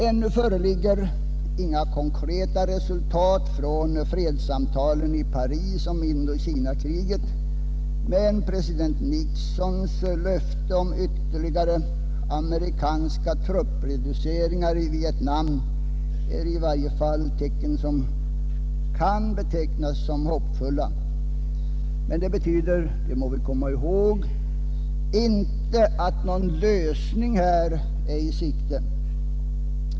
Ännu föreligger inga konkreta resultat från fredssamtalen i Paris om Indokinakriget, men president Nixons löfte om ytterligare amerikanska truppreduceringar i Vietnam är i varje fall ett hoppfullt tecken. Det betyder emellertid inte — det må vi komma ihåg — att en lösning är i sikte.